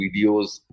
videos